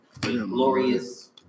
glorious